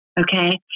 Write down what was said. Okay